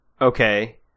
Okay